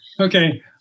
Okay